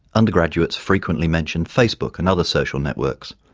undergraduates frequently mention facebook and other social networks,